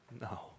No